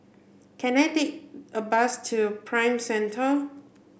can I take a bus to Prime Centre